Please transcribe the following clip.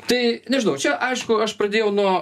tai nežinau čia aišku aš pradėjau nuo